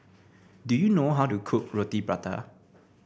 do you know how to cook Roti Prata